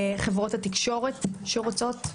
חברות התקשורת שרוצות,